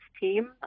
team